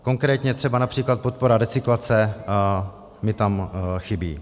Konkrétně třeba například podpora recyklace mi tam chybí.